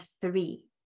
three